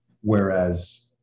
whereas